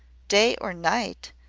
day or night!